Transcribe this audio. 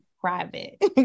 private